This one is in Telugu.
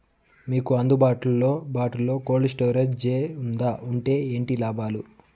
మీకు అందుబాటులో బాటులో కోల్డ్ స్టోరేజ్ జే వుందా వుంటే ఏంటి లాభాలు?